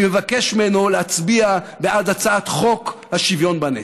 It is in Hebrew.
אני מבקש ממנו להצביע בעד הצעת חוק השוויון בנטל.